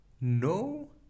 no